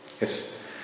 Yes